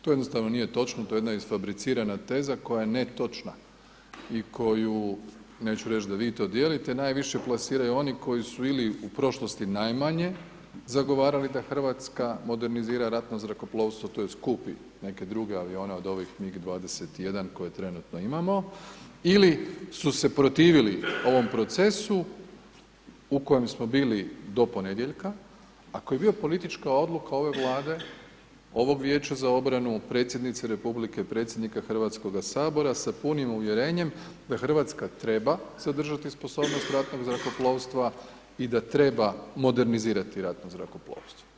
To jednostavno nije točno to je jedna isfabricirana teza koja je netočna i koju neću reć da vi to dijelite najviše plasiranju oni koji su ili u prošlosti najmanje zagovarali da Hrvatska modernizira ratno zrakoplovstvo, tj. kupi neke druge avione od ovih MIG 21 koje trenutno imamo ili su se protivili ovom procesu u kojem smo bili do ponedjeljka, a koji je bio politička odluka ove Vlade, ovog Vijeća za obranu, predsjednice republike, predsjednika Hrvatskoga sabora, sa punim uvjerenjem da Hrvatska treba zadržati sposobnost ratnog zrakoplovstva i da treba modernizirati ratno zrakoplovstvo.